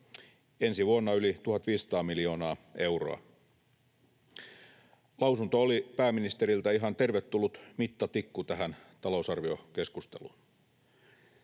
ensi vuonna yli 1 500 miljoonaa euroa. Lausunto oli pääministeriltä ihan tervetullut mittatikku tähän talousarviokeskusteluun.